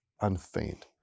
unfeigned